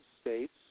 States